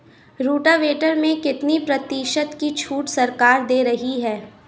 Rotavator में कितनी प्रतिशत का छूट सरकार दे रही है?